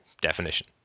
definition